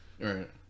Right